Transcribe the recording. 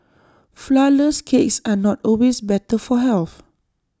Flourless Cakes are not always better for health